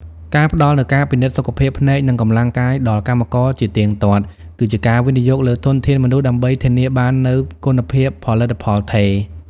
ការផ្តល់នូវការពិនិត្យសុខភាពភ្នែក និងកម្លាំងកាយដល់កម្មករជាទៀងទាត់ គឺជាការវិនិយោគលើធនធានមនុស្សដើម្បីធានាបាននូវគុណភាពផលិតផលថេរ។